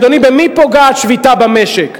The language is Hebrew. אדוני, במי פוגעת שביתה במשק?